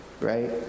Right